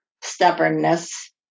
stubbornness